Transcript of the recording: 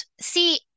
see